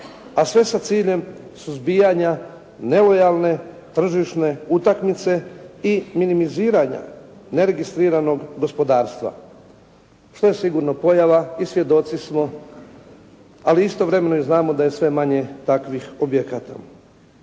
a sve sa ciljem suzbijanja nelojalne tržišne utakmice i minimiziranja neregistriranog gospodarstva, što je sigurno pojava i svjedoci smo, ali istovremeno i znamo da je sve manje takvih objekata.